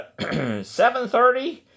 7.30